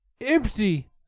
empty